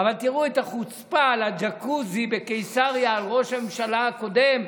אבל תראו את החוצפה על הג'קוזי בקיסריה אצל ראש הממשלה הקודם,